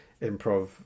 improv